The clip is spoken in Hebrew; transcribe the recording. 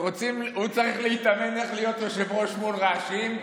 הוא צריך להתאמן איך להיות יושב-ראש מול רעשים.